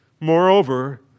Moreover